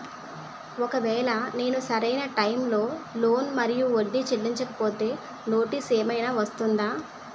ఒకవేళ నేను సరి అయినా టైం కి లోన్ మరియు వడ్డీ చెల్లించకపోతే నోటీసు ఏమైనా వస్తుందా?